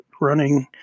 running